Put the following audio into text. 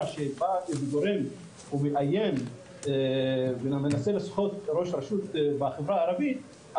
שבא איזה גורם ומאיים ומנסה לסחוט ראש רשות בחברה הערבית,